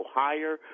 higher